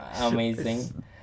amazing